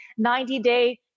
90-Day